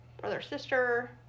brother-sister